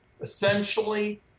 essentially